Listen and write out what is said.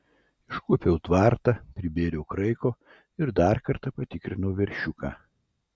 iškuopiau tvartą pribėriau kraiko ir dar kartą patikrinau veršiuką